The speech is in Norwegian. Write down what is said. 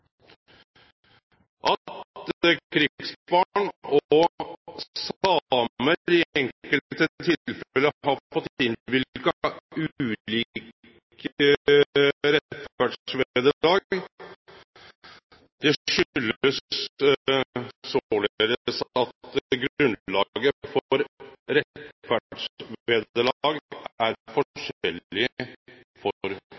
At krigsbarn og samar i enkelte tilfelle har fått innvilga ulike rettferdsvederlag, kjem av at grunnlaget for rettferdsvederlag er forskjellig for